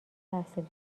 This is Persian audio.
تحصیل